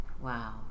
Wow